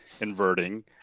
inverting